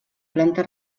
planta